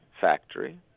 factory